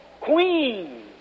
queen